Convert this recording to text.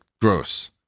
gross